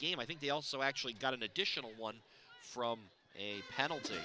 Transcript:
game i think they also actually got an additional one from a penalty